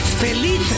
feliz